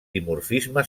dimorfisme